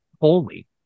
holy